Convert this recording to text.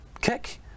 kick